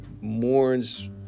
mourns